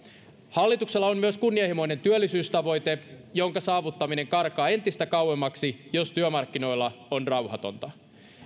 hallituksella on myös kunnianhimoinen työllisyystavoite jonka saavuttaminen karkaa entistä kauemmaksi jos työmarkkinoilla on rauhatonta